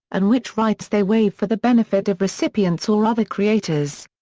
and which rights they waive for the benefit of recipients or other creators.